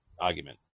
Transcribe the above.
argument